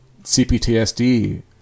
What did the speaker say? CPTSD